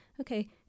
Okay